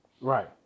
Right